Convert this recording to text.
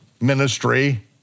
ministry